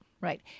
Right